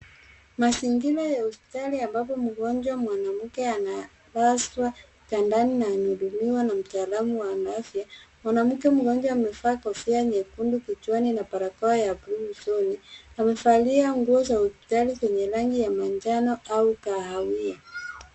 Mazingira ya hospitali, ambapo mgonjwa mwanamke analazwa kitandani na anahudumiwa na mtaalamu wa afya. Mwanamke mgonjwa amevaa kofia nyekundu kichwani na barakoa ya blue usoni. Amevalia nguo za hospitali zenye rangi ya manjano au kahawia.